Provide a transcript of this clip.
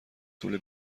طول